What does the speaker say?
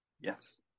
Yes